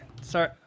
sorry